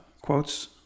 quotes